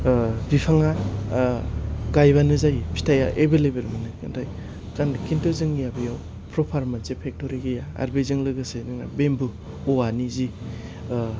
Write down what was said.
ओह बिफांया ओह गायबानो जायो फिथाया एबेल एबेल मोनो नाथाय खिन्थु द जोंनिया बेवहाय फ्रफार मोनसे फेक्टरि गैया जोंनिया बेजों लोगोसे बेमबु औवानि जे